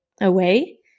away